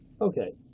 Okay